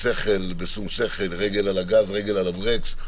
בשום שכל, רגל על הגז, רגל על הברקס.